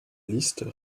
listes